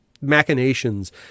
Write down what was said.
machinations